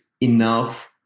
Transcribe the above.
enough